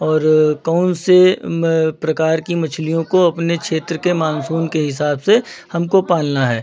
और कौन से प्रकार की मछलियों को अपने क्षेत्र के मानसून के हिसाब से हमको पालना है